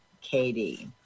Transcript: Katie